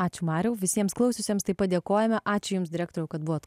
ačiū mariau visiems klausiusiems taip pat dėkojame ačiū jums direktoriau kad buvot